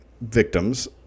victims